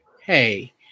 hey